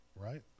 right